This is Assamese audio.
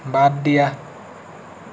বাদ দিয়া